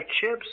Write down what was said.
chips